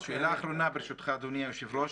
שאלה אחרונה ברשותך, אדוני היושב-ראש,